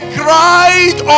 cried